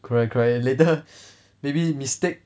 correct correct and later maybe mistake